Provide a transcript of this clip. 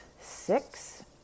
six